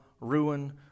ruin